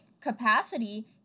capacity